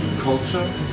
Culture